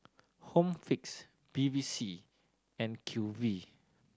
Home Fix Bevy C and Q V